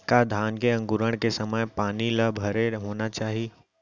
का धान के अंकुरण के समय पानी ल भरे होना चाही?